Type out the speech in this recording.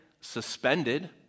suspended